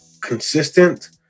consistent